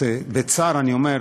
בצער אני אומר,